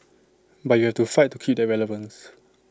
but you have to fight to keep that relevance